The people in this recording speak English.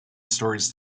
stories